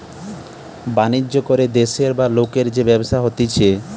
বাণিজ্য করে দেশের বা লোকের যে ব্যবসা হতিছে